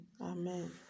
Amen